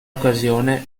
occasione